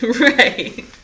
right